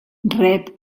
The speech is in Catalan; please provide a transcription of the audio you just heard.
rep